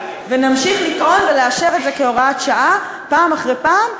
ונמשיך לטעון ולאשר את זה כהוראת שעה פעם אחרי פעם,